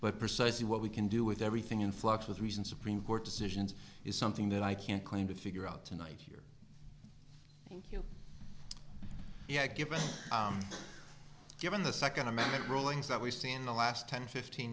but precisely what we can do with everything in flux with recent supreme court decisions is something that i can't kind of figure out tonight here yeah given given the second amendment rulings that we see in the last ten fifteen